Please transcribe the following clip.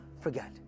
forget